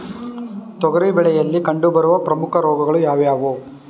ತೊಗರಿ ಬೆಳೆಯಲ್ಲಿ ಕಂಡುಬರುವ ಪ್ರಮುಖ ರೋಗಗಳು ಯಾವುವು?